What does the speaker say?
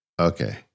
Okay